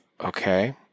okay